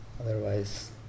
Otherwise